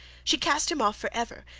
she cast him off for ever,